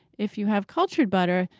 if you have cultured butter,